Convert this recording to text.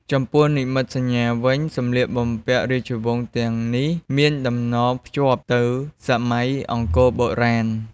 ចំពោះនិមិត្តសញ្ញាវិញ សម្លៀកបំពាក់រាជវង្សទាំងនេះមានតំណភ្ជាប់ទៅសម័យអង្គរបុរាណ។